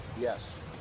Yes